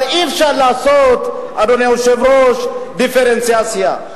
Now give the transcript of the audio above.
אבל אי-אפשר לעשות, אדוני היושב-ראש, דיפרנציאציה.